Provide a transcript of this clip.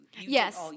Yes